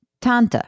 Tanta